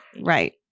Right